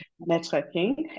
networking